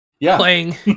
playing